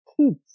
kids